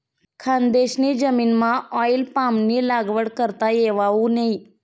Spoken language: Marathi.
खानदेशनी जमीनमाऑईल पामनी लागवड करता येवावू नै